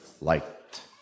light